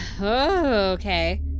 okay